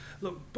Look